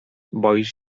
boisz